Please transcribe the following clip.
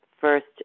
first